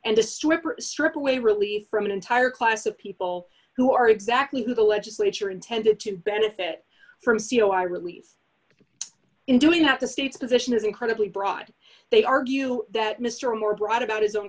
stripper strip away relief from an entire class of people who are exactly who the legislature intended to benefit from seo i release in doing that the state's position is incredibly broad they argue that mr moore brought about his own